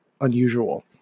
unusual